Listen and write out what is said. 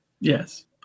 Yes